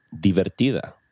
divertida